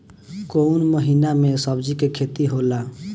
कोउन महीना में सब्जि के खेती होला?